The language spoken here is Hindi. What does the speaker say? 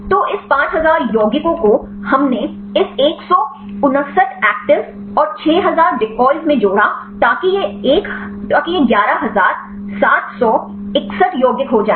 तो इस 5000 यौगिकों को हमने इस 159 एक्टिविस्ट और 6000 डीकोयस में जोड़ा ताकि यह 11761 यौगिक हो जाए